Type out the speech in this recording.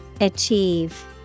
Achieve